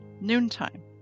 noontime